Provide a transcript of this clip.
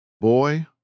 Boy